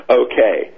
okay